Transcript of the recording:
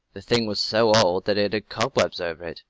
the thing was so old that it had cobwebs over it.